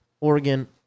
Oregon